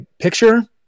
picture